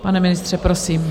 Pane ministře, prosím.